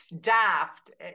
daft